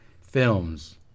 films